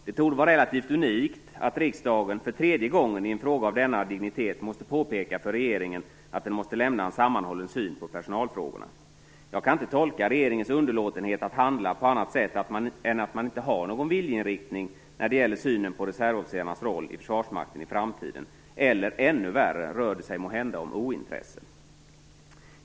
Det torde vara relativt unikt att riksdagen för tredje gången i en fråga av denna dignitet måste påpeka för regeringen att den måste lämna en sammanhållen syn på personalfrågorna. Jag kan inte tolka regeringens underlåtenhet att handla på annat sätt än att man inte har någon viljeinriktning när det gäller synen på reservofficerarnas roll i Försvarsmakten i framtiden. Eller, vilket vore ännu värre, rör det sig måhända om ointresse?